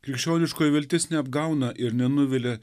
krikščioniškoji viltis neapgauna ir nenuvilia